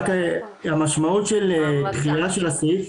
המשמעות של דחייה של הסעיף,